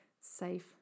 safe